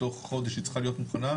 בתוך חודש היא צריכה להיות מוכנה,